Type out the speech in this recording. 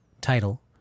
title